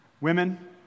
women